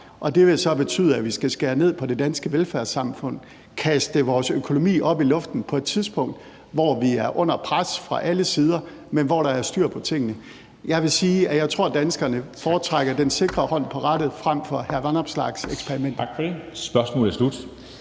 det vil jo så betyde, at vi skal skære ned på det danske velfærdssamfund, kaste vores økonomi op i luften på et tidspunkt, hvor vi er under pres fra alle sider, men hvor der er styr på tingene. Jeg vil sige, at jeg tror, at danskerne foretrækker den sikre hånd på rattet frem for hr. Alex Vanopslaghs eksperimenter.